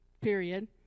period